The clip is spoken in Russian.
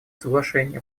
соглашений